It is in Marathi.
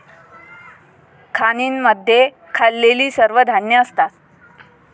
खाणींमध्ये खाल्लेली सर्व धान्ये असतात